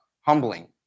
humbling